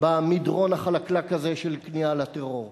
במדרון החלקלק הזה של כניעה לטרור.